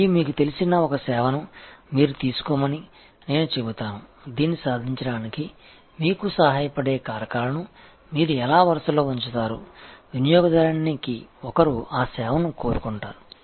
మరియు మీకు తెలిసిన ఒక సేవను మీరు తీసుకోమని నేను చెబుతాను దీన్ని సాధించడానికి మీకు సహాయపడే కారకాలను మీరు ఎలా వరుసలో ఉంచుతారు వినియోగదారుని ఒకరు ఆ సేవను కోరుకుంటారు